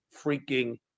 freaking